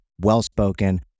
well-spoken